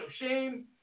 shame